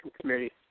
Committee